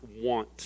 want